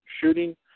shooting